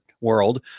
world